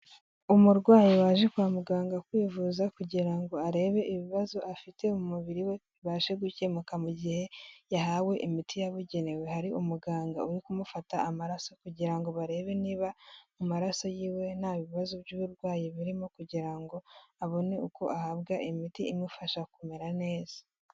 Umurwayi waje kwa muganga kwivuza kugira ngo arebe ibibazo afite mu mubiri we bibashe gukemuka mu gihe yahawe imiti yabugenewe, hari umuganga uri kumufata amaraso kugira ngo barebe niba amaraso yiwe nta bibazo by'uburwayi birimo kugira ngo abone uko ahabwa imiti imufasha kumera neza.